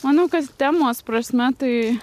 manau kad temos prasme tai